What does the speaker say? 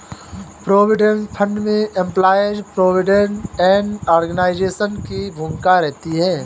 provident fund में employees provident fund organisation की भूमिका रहती है